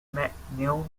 macneil